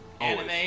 anime